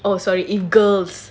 oh sorry if girls